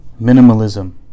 minimalism